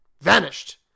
Vanished